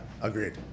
agreed